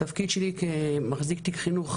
התפקיד שלי כמחזיק תיק חינוך,